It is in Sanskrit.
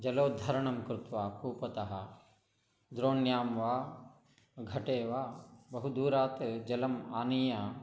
जलोद्धरणं कृत्वा कूपतः द्रोण्यां वा घटे वा बहु दूरात् जलम् आनीय